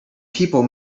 people